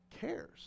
cares